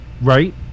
Right